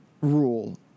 rule